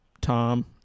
Tom